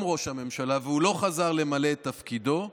ראש הממשלה והוא לא חזר למלא את תפקידו,